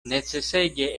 necesege